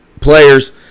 players